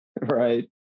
right